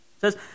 says